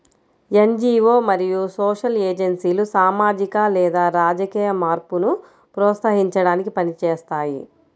NGO మరియు social ఏజెన్సీలు సామాజిక లేదా రాజకీయ మార్పును ప్రోత్సహించడానికి పని చేస్తాయి